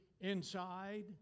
inside